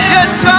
Yes